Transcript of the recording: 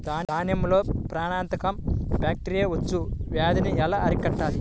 దానిమ్మలో ప్రాణాంతక బ్యాక్టీరియా మచ్చ వ్యాధినీ ఎలా అరికట్టాలి?